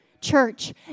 Church